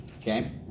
Okay